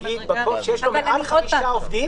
נניח מקום שיש בו יותר מחמישה עובדים,